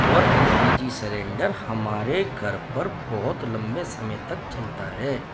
اور L P G cylinder ہمارے گھر پر بہت لمبے سمے تک چلتا ہے